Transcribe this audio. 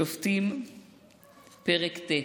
שופטים פרק ט',